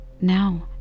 Now